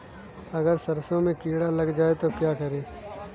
अगर सरसों में कीड़ा लग जाए तो क्या करें?